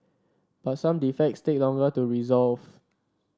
but some defects take longer to resolve